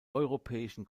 europäischen